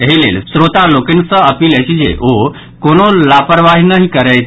एहि लेल श्रोता लोकनि सँ अपील अछि जे ओ कोनो लापरवाही नहि करथि